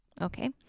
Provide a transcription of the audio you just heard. Okay